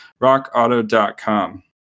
rockauto.com